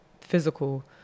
physical